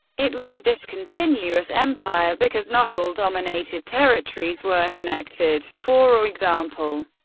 it was a discontinuous empire, because not all dominated territories were connected for example,